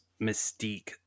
mystique